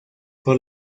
por